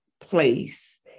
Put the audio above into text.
place